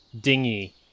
dinghy